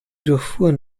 durchfuhren